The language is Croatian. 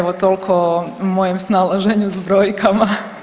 Evo, toliko o mojem snalaženju s brojkama.